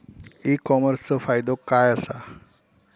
E कॉमर्सचो फायदो काय असा?